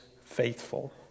faithful